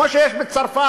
כמו שיש בצרפת,